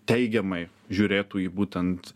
teigiamai žiūrėtų į būtent